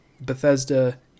bethesda